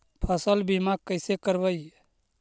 फसल बीमा कैसे करबइ?